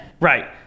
Right